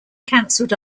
cancelled